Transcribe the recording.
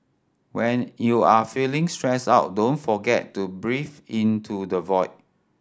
when you are feeling stressed out don't forget to breathe into the void